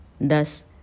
Thus